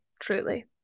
truly